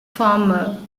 farmer